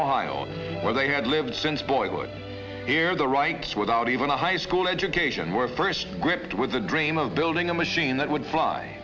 ohio where they had lived since boyhood here the rights without even a high school education were first gripped with the dream of building a machine that would fly